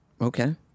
Okay